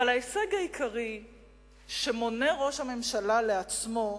אבל ההישג העיקרי שמונה ראש הממשלה לעצמו,